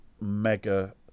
mega